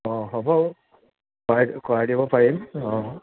অঁ হ'ব কৰাই কৰাই দিব পাৰিম অঁ